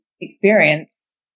experience